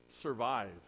survive